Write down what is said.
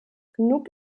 genug